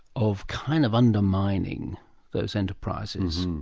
of kind of undermining those enterprises.